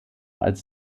als